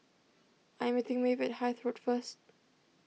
I am meeting Maeve at Hythe Road first